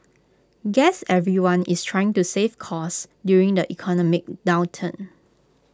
guess everyone is trying to save costs during the economic downturn